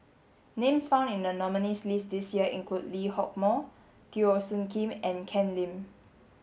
names found in the nominees' list this year include Lee Hock Moh Teo Soon Kim and Ken Lim